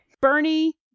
Bernie